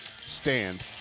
Stand